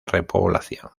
repoblación